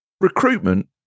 Recruitment